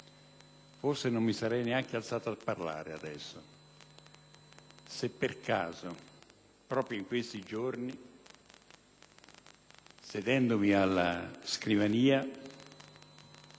forse non mi sarei neanche alzato a parlare adesso se per caso proprio in questi giorni, sedendomi alla scrivania,